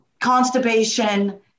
constipation